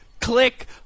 click